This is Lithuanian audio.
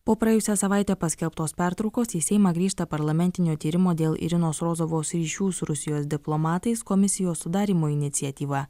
po praėjusią savaitę paskelbtos pertraukos į seimą grįžta parlamentinio tyrimo dėl irinos rozovos ryšių su rusijos diplomatais komisijos sudarymo iniciatyva